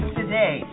today